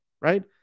right